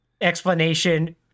explanation